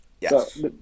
Yes